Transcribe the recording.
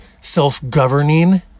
self-governing